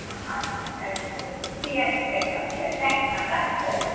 হ্যাঁ আচ্ছা আচ্ছা একদম একদম ঠিক আছে ঠিক আছে ম্যাম ঠিক আছে থ্যাঙ্কিউ ম্যাম রাখছি তাহলে